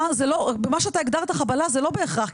אבל מה שאתה הגדרת חבלה זה לא בהכרח,